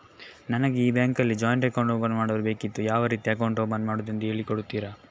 ನನಗೆ ಈ ಬ್ಯಾಂಕ್ ಅಲ್ಲಿ ಜಾಯಿಂಟ್ ಅಕೌಂಟ್ ಓಪನ್ ಮಾಡಲು ಬೇಕಿತ್ತು, ಯಾವ ರೀತಿ ಅಕೌಂಟ್ ಓಪನ್ ಮಾಡುದೆಂದು ಹೇಳಿ ಕೊಡುತ್ತೀರಾ?